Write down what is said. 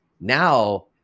Now